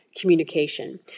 communication